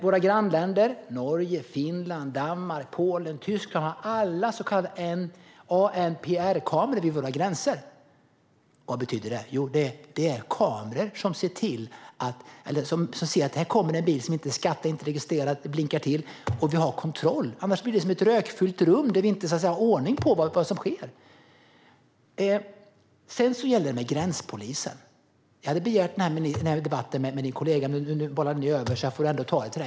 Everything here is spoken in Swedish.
Våra grannländer Norge, Finland, Danmark, Polen och Tyskland har alla så kallade ANPR-kameror vid gränserna. Vad betyder det? Jo, det är kameror som ser om det kommer en bil som man inte har betalat skatt för och som inte är registrerad. Det blinkar till, och man har därmed kontroll. Annars blir det som ett rökfyllt rum där vi inte har ordning på vad som sker. Jag tog även upp frågan om gränspolisen. Jag hade begärt att få debattera med statsrådets kollega, men nu bollades frågan över så jag får ta det här.